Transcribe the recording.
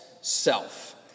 self